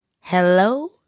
Hello